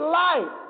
life